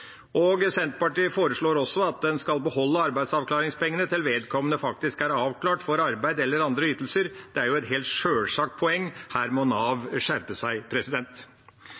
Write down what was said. Senterpartiet foreslår også at en skal beholde arbeidsavklaringspengene til vedkommende faktisk er avklart for arbeid eller andre ytelser. Det er jo et helt sjølsagt poeng – her må Nav skjerpe seg.